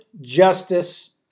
justice